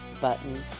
button